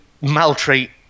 maltreat